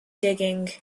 digging